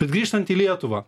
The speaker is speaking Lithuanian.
bet grįžtant į lietuvą